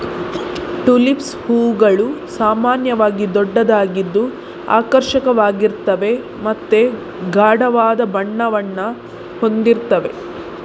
tulips ಹೂವುಗಳು ಸಾಮಾನ್ಯವಾಗಿ ದೊಡ್ಡದಾಗಿದ್ದು ಆಕರ್ಷಕವಾಗಿರ್ತವೆ ಮತ್ತೆ ಗಾಢವಾದ ಬಣ್ಣವನ್ನ ಹೊಂದಿರ್ತವೆ